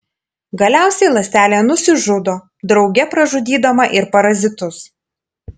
galiausiai ląstelė nusižudo drauge pražudydama ir parazitus